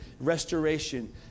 restoration